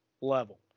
level